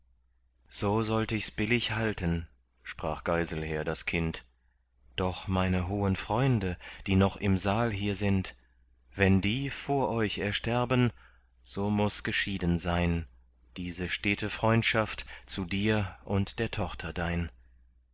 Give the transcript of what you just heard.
so sollt ichs billig halten sprach geiselher das kind doch meine hohen freunde die noch im saal hier sind wenn die vor euch ersterben so muß geschieden sein diese stete freundschaft zu dir und der tochter dein